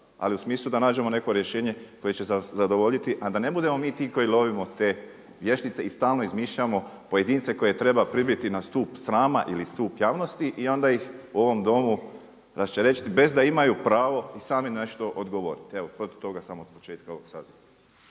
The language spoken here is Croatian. ali u smislu da nađemo neko rješenje koje će zadovoljiti a da ne budemo mi ti koji lovimo te vještice i stalno izmišljamo pojedince koje treba pribiti na stup srama ili stup javnosti i onda ih u ovom Domu raščerečiti bez da imaju pravo i sami nešto odgovoriti. Evo protiv toga sam od početka u ovom Saboru.